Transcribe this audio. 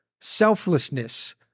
selflessness